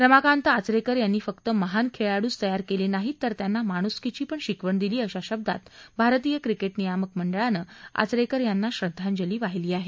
रमाकांत आचरेकर यांनी फक्त महान खेळाडूच तयार केले नाहीत तर त्यांना माणूसकीची पण शिकवण दिली अशा शब्दात भारतीय क्रिकेट नियामक मंडळान आचरेकर यांना श्रद्वांजली वाहिली आहे